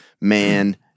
man